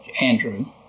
Andrew